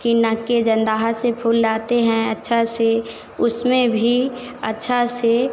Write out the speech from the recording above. कि नक के जंदाहा से फूल लाते हैं अच्छा से उसमें भी अच्छा से